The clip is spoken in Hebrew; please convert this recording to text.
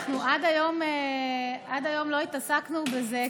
אנחנו עד היום לא התעסקנו בזה,